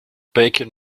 bacon